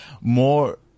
more